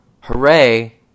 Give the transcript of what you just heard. hooray